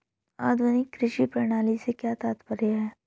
आधुनिक कृषि प्रणाली से क्या तात्पर्य है?